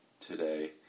today